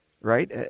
right